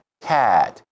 cat